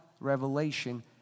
revelation